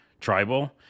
tribal